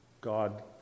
God